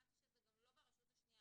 הבנתי שזה גם לא ברשות השנייה,